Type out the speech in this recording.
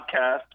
podcast